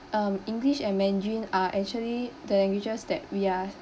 um english and mandarin are actually the languages that we are